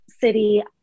city